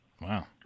Wow